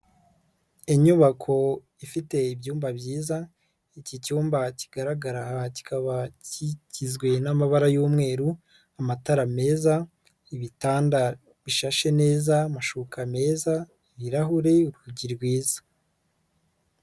Inyubako ifite ibyumba byiza, iki cyumba kigaragara kikaba kigizwe n'amabara y'umweru, amatara meza, ibitanda bishashe neza, amashuka meza, ibirahure, urugi rwiza.